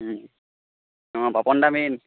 অঁ পাপন দা মেইন